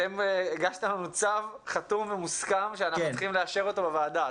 אתם הגשתם לנו צו חתום ומוסכם שאנחנו מתבקשים לאשר בוועדה,